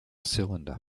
cylinder